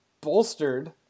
bolstered